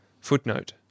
Footnote